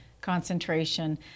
concentration